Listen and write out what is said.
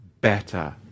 better